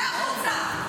צא החוצה.